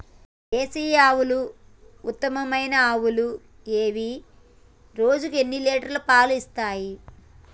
దేశీయ ఆవుల ఉత్తమమైన ఆవులు ఏవి? రోజుకు ఎన్ని లీటర్ల పాలు ఇస్తాయి?